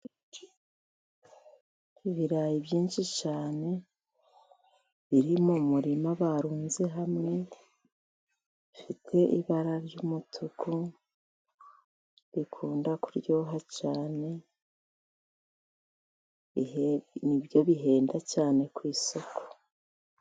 Ibirayi byinshi cyane biri mu murima barunze hamwe, bifite ibara ry'umutuku bikunda kuryoha cyane, ni byo bihenda cyane ku isoko.